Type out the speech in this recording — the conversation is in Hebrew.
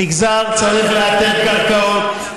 המגזר צריך לאתר קרקעות.